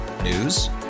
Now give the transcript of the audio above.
News